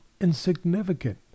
insignificant